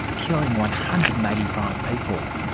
killing one hundred and eighty five people.